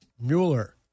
Mueller